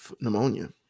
pneumonia